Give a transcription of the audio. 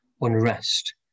unrest